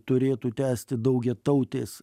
turėtų tęsti daugiatautės